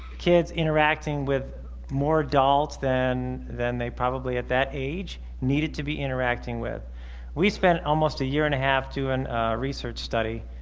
kids interacting with more adults than then they probably at that age needed to be interacting with we spent almost a year and a half to an research study